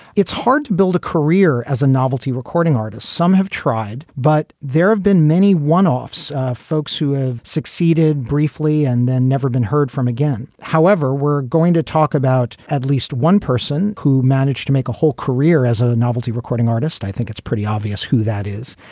it's hard to build a career as a novelty recording artist. some have tried, but there have been many one offs folks who have succeeded briefly and then never been heard from again. however, we're going to talk about at least one person who managed to make a whole career as a novelty recording artist. i think it's pretty obvious who that is.